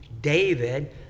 David